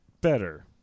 better